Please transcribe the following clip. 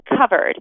covered